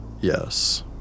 Yes